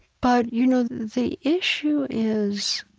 but you know the issue is